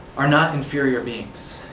are not inferior beings.